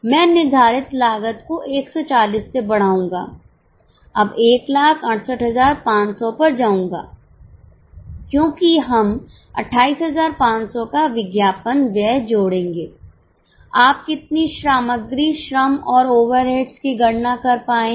मैं निर्धारित लागत को 140 से बढ़ाऊंगा अब 168500 पर जाऊँगा क्योंकि हम 28500 का विज्ञापन व्यय जोड़ेंगे आप कितनी सामग्री श्रम और ओवरहेड्स की गणना कर पाए हैं